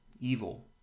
evil